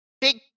big